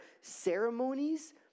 ceremonies